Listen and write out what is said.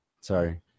Sorry